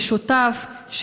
משותף,